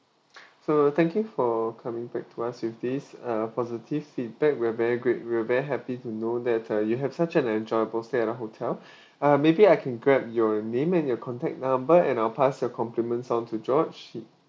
so thank you for coming back to us with this uh positive feedback we're very grate~ we're very happy to know that uh you have such an enjoyable stay at our hotel uh maybe I can grab your name and your contact number and I'll pass your compliments on to george h~